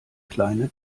kleine